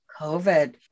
COVID